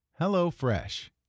HelloFresh